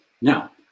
Now